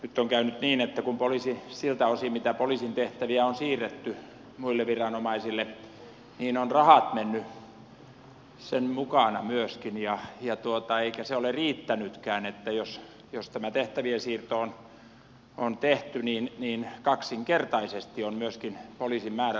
nyt on käynyt niin että siltä osin kuin poliisin tehtäviä on siirretty muille viranomaisille ovat rahat menneet sen mukana myöskin eikä se ole riittänytkään niin että jos tämä tehtävien siirto on tehty niin kaksinkertaisesti ovat myöskin poliisin määrärahat vähentyneet